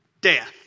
death